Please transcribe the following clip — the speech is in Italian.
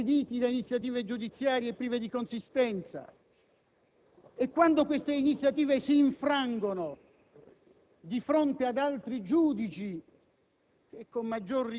L'ordinamento giudiziario non si doveva fare carico anche di questo? Di questa realtà, di questa quotidianità così inquietante